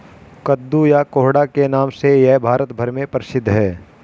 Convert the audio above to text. कद्दू या कोहड़ा के नाम से यह भारत भर में प्रसिद्ध है